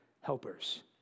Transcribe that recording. helpers